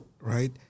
right